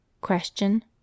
Question